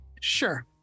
Sure